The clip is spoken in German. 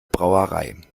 brauerei